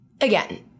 again